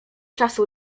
czasu